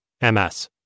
MS